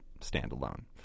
stand-alone